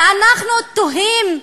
ואנחנו תוהים,